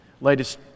latest